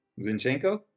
zinchenko